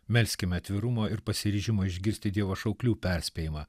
melskime atvirumo ir pasiryžimo išgirsti dievo šauklių perspėjimą